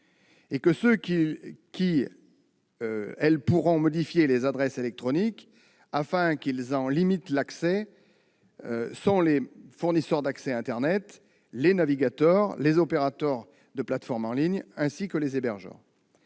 Ceux auxquels elle pourra notifier les adresses électroniques, afin qu'ils en limitent l'accès, seront les fournisseurs d'accès à internet, les navigateurs, les opérateurs de plateformes en ligne et les hébergeurs.